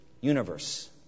universe